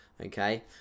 Okay